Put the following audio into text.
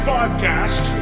Podcast